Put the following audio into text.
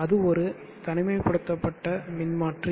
அது ஒரு தனிமைப்படுத்தப்பட்ட மின்மாற்றி